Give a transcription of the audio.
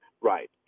Right